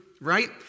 right